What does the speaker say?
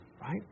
right